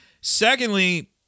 Secondly